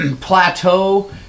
Plateau